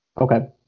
Okay